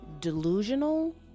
delusional